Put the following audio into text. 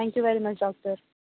thank you very much doctor